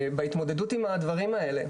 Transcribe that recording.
בהתמודדות עם הדברים האלה.